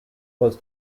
was